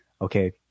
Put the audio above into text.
Okay